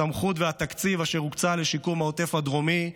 הסמכות, והתקציב אשר הוקצה לשיקום העוטף הדרומי.